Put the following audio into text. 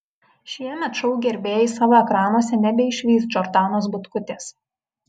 šiemet šou gerbėjai savo ekranuose nebeišvys džordanos butkutės